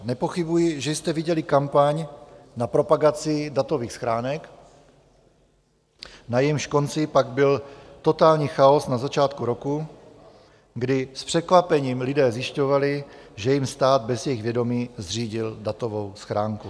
Nepochybuji, že jste viděli kampaň na propagaci datových schránek, na jejímž konci pak byl totální chaos na začátku roku, kdy s překvapením lidé zjišťovali, že jim stát bez jejich vědomí zřídil datovou schránku.